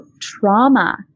trauma